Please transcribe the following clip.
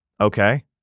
okay